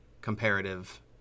comparative